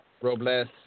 Robles